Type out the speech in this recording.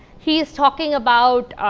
he is talking about,